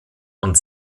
und